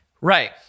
Right